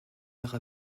heure